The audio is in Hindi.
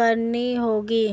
करना होगा?